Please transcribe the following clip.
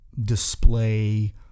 display